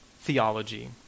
theology